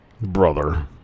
brother